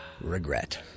Regret